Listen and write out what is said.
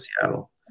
Seattle